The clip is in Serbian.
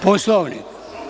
Poslovnik?